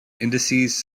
indices